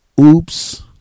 oops